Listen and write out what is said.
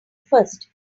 first